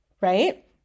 right